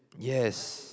yes